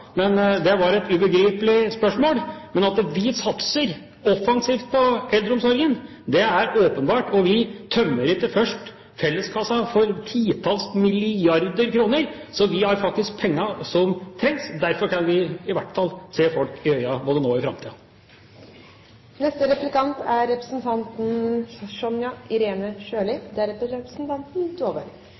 men den er fordelt på frivillige organisasjoner. Det var et ubegripelig spørsmål. Men vi satser offensivt på eldreomsorgen, det er åpenbart. Og vi tømmer ikke først felleskassa for titalls milliarder kroner, så vi har faktisk pengene som trengs. Derfor kan vi i hvert fall se folk i øynene både nå og i framtiden. Da vet vel også, som selvoppnevnt kompetent, representanten Hagebakken at det er